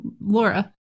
Laura